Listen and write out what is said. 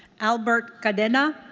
albert cadena?